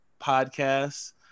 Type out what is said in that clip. podcasts